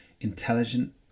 Intelligent